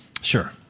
Sure